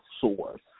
source